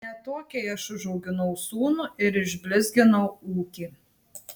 ne tokiai aš užauginau sūnų ir išblizginau ūkį